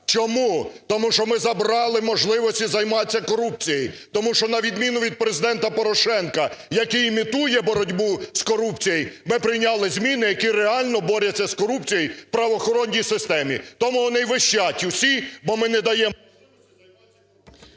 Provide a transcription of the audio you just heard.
Чому? Тому що ми забрали можливості займатися корупцією. Тому що на відміну від Президента Порошенка, який імітує боротьбу з корупцією, ми прийняли зміни які реальноборяться з корупцією в правоохоронній системі. Тому вони і вищать усі, бо ми не даємо…